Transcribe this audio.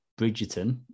bridgerton